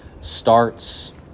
starts